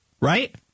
right